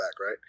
right